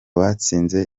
batsinze